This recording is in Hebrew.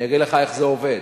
אני אגיד לך איך זה עובד.